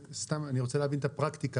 אני רוצה להבין את הפרקטיקה,